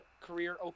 career